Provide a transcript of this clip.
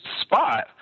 spot